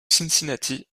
cincinnati